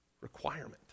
requirement